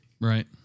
Right